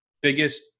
biggest